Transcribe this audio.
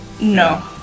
no